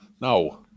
No